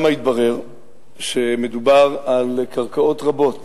התברר שם שמדובר על קרקעות רבות